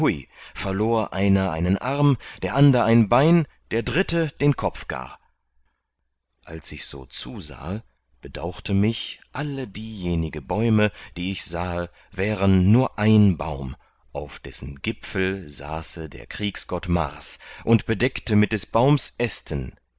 verlor einer einen arm der ander ein bein der dritte den kopf gar als ich so zusahe bedauchte mich alle diejenige bäume die ich sahe wären nur ein baum auf dessen gipfel saße der kriegsgott mars und bedeckte mit des baums ästen